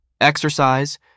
Exercise